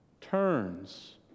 turns